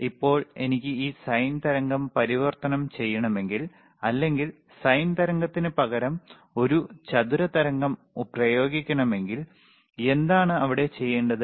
ഇപ്പോൾ എനിക്ക് ഈ സൈൻ തരംഗം പരിവർത്തനം ചെയ്യണമെങ്കിൽ അല്ലെങ്കിൽ സൈൻ തരംഗത്തിനുപകരം ഒരു ചതുര തരംഗം പ്രയോഗിക്കണമെങ്കിൽ എന്താണ് അവിടെ ചെയ്യേണ്ടത്